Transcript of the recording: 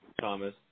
Thomas